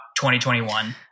2021